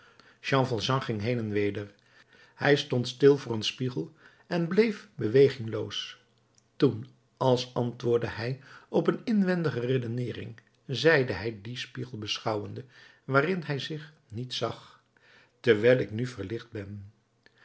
jean valjean ging heen en weder hij stond stil voor een spiegel en bleef bewegingloos toen als antwoordde hij op een inwendige redeneering zeide hij dien spiegel beschouwende waarin hij zich niet zag terwijl ik nu verlicht ben